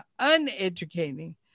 uneducating